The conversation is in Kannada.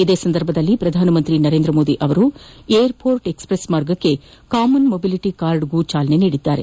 ಇದೇ ಸಂದರ್ಭದಲ್ಲಿ ಪ್ರಧಾನಮಂತ್ರಿ ನರೇಂದ್ರ ಮೋದಿ ಏರ್ಪೋರ್ಟ್ ಎಕ್ಸಪ್ರೆಸ್ ಮಾರ್ಗಕ್ಕೆ ಕಾಮನ್ ಮೊಬಿಲಿಟಿ ಕಾರ್ಡ್ಗೊ ಚಾಲನೆ ನೀಡಿದರು